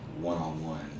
one-on-one